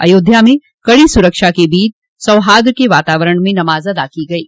अयोध्या में कड़ी सुरक्षा के बीच सौहार्द के वातावरण में नमाज अदा की गयी